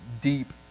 deep